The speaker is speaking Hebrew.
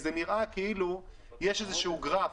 זה נראה כאילו יש איזשהו גרף.